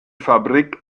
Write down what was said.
fabrik